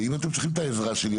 ואם אתם צריכים את העזרה שלי,